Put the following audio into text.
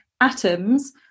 atoms